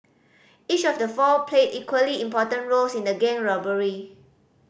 each of the four played equally important roles in the gang robbery